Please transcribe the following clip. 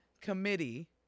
committee